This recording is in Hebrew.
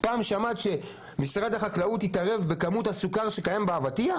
שמעת פעם שמשרד החקלאות התערב בכמות הסוכר שקיימת באבטיח